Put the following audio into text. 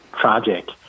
tragic